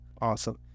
Awesome